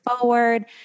forward